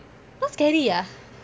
not scary ah